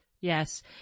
Yes